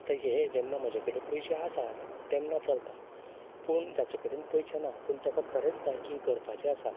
आतां हे जेन्ना म्हजे कडेन पयशे आसात तेन्ना चलता पूण जाचे कडेन पयशे नात पूण ताका खरेंच बायकींग करपाची आसा